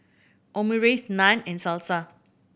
Omurice Naan and Salsa